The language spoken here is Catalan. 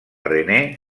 rené